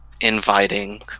inviting